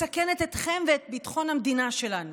מסכנת אתכם ואת ביטחון המדינה שלנו,